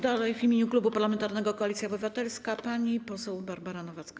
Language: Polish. Dalej w imieniu Klubu Parlamentarnego Koalicja Obywatelska pani poseł Barbara Nowacka.